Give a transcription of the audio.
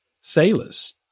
sailors